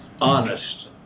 honest